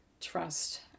trust